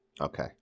Okay